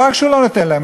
לא רק שהוא לא נותן להם,